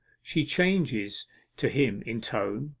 she changes to him in tone,